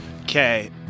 Okay